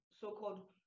so-called